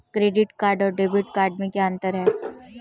Credit card और debit card में क्या अंतर है?